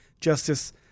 Justice